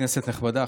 כנסת נכבדה,